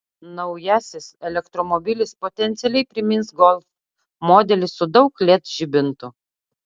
naujasis elektromobilis potencialiai primins golf modelį su daug led žibintų